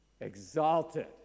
exalted